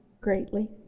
greatly